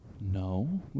No